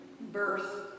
birth